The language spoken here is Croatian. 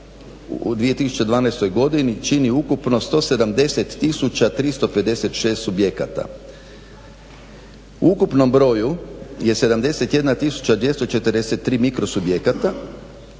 u 2012.godini čini ukupno 170 tisuća 356 subjekata. U ukupnom broju je 71 tisuća 243 mikrosubjekata,